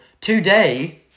today